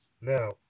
Now